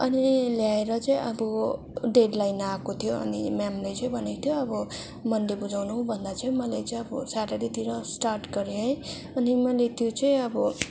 अनि ल्याएर चाहिँ अब डेडलाइन आएको थियो अनि म्यामले चाहिँ भनेको थियो अब मन्डे बुझाउनु भन्दा चाहिँ मैले चाहिँ अब सेटर्डेतिर स्टार्ट गरेँ है अनि मैले त्यो चाहिँ अब